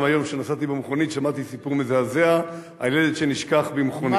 גם היום כשנסעתי במכונית שמעתי סיפור מזעזע על ילד שנשכח במכונית.